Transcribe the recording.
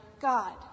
God